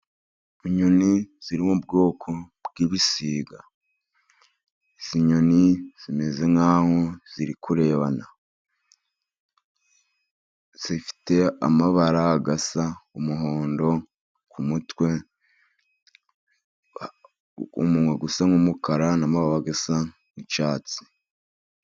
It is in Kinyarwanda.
Inyoni ziri mu bwoko bw'ibisiga. Izi nyoni zimeze nkaho ziri kurebana, zifite amabara asa n'umuhondo ku mutwe, umunwa usa nk'umukara, n'amababa asa n'icyatsi.